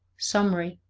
summary.